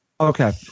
Okay